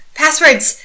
passwords